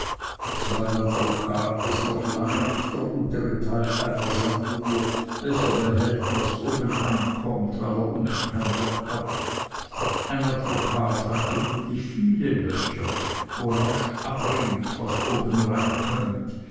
so ein advokat ist noch lange nicht der untere teil einer sanduhr welcher behält was obeneinkommt weil er unten kein loch hat ein advokat hat gewöhnlich viele löcher wo rasch abrinnt was oben